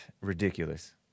ridiculous